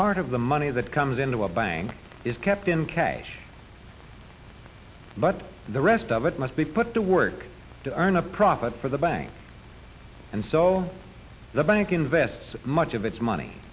part of the money that comes into a bank is kept in cash but the rest of it must be put to work to earn a profit for the bank and so the bank invests much of its money